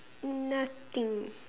nothing